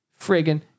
friggin